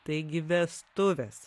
taigi vestuvės